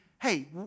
hey